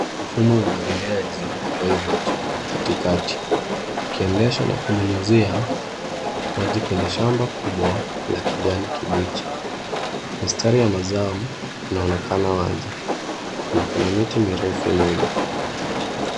Mfumo wa umwagiliaji wa pivot katikati ukiendesha na kunyunyuzia maji kwenye shamba kubwa la kijani kibichi. Mistari ya mazao inaonekana wazi, na kuna miti mirefu nyuma.